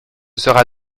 sera